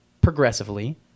progressively